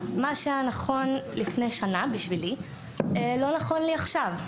מה שהיה נכון לפני שנה בשבילי לא נכון לי עכשיו,